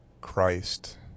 Christ